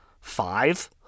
five